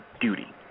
duty